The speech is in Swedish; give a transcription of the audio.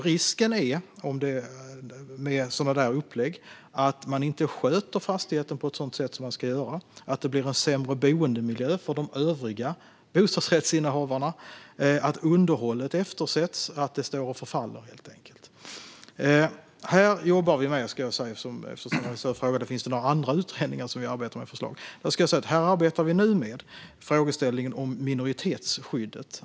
Risken med sådana upplägg är att man inte sköter fastigheten på det sätt som man ska göra, att det blir en sämre boendemiljö för de övriga bostadsrättsinnehavarna, att underhållet eftersätts - helt enkelt att fastigheten står och förfaller. Larry Söder frågade om det finns några förslag från andra utredningar som vi arbetar med. Vi arbetar nu med frågeställningen om minoritetsskyddet.